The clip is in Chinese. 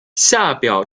下表